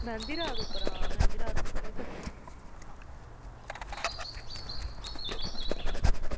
मेहंदी रात उप्पर मेहंदी रात उप्पर सद्दे दा